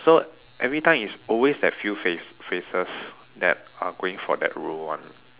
so everytime it's always that few face faces that are going for that role one